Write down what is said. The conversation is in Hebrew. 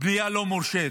בנייה לא מורשית.